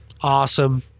awesome